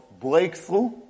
breakthrough